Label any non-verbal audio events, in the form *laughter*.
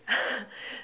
*laughs*